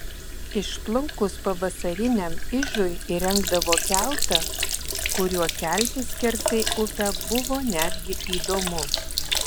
išplaukus pavasariniam ižui įrengdavo keltą kuriuo keltis skersai upę buvo netgi įdomu